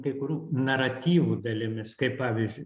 kai kurių naratyvų dalimis kaip pavyzdžiui